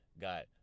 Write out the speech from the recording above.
got